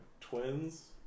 twins